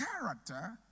character